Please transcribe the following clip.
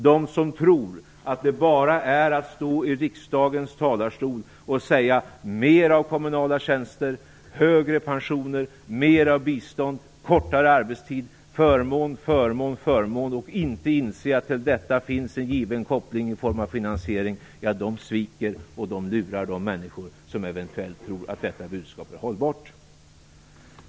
De som tror att det bara är att stå i riksdagens talarstol och säga: mer av kommunala tjänster, högre pensioner, mera bistånd, kortare arbetstid - förmån, förmån, förmån - utan att inse att det till detta finns en given koppling i form av finansiering, de sviker och lurar de människor som eventuellt tror att detta budskap är hållbart.